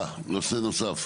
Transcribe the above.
הלאה, נושא נוסף.